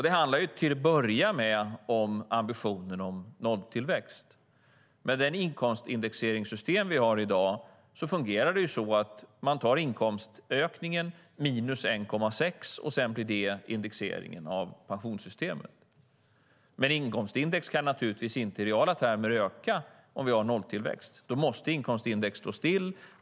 Det handlar, till att börja med, om ambitionen om nolltillväxt. Det inkomstindexeringssystem vi har i dag fungerar så att man tar inkomstökningen minus 1,6 procent som sedan blir indexeringen av pensionssystemet. Men inkomstindex kan naturligtvis inte i reala termer öka om vi har nolltillväxt. Då måste inkomstindex stå still.